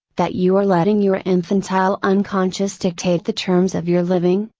that you are letting your infantile unconscious dictate the terms of your living,